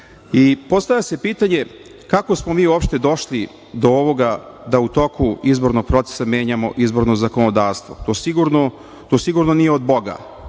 se pitanje kako smo mi uopšte došli do ovoga da u toku izbornog procesa menjamo izborno zakonodavstvo. To sigurno nije od Boga